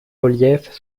reliefs